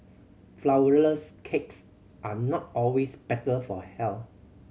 flourless cakes are not always better for health